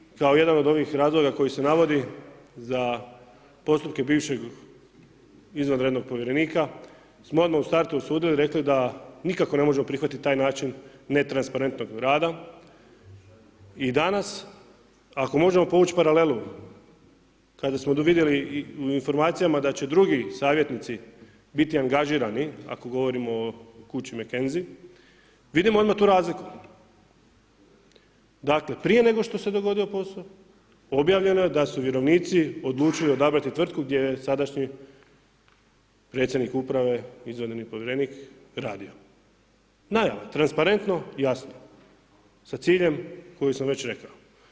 Znamo i kao jedan od onih razloga koji se navodi za postupke bivšeg izvanrednog povjerenika smo odmah u startu osudili, rekli da nikako ne možemo prihvatiti taj način netransparentnog rada i danas ako možemo povući paralelu kada smo vidjeli u informacijama da će drugi savjetnici biti angažirani ako govorimo o kući McKenzie, vidimo odmah tu razliku, dakle prije nego što se dogodio posao, objavljeno je da su vjerovnici odlučili odabrati tvrtku gdje je sadašnji predsjednik uprave izvanredni povjerenik radio sa ciljem koji sam već rekao.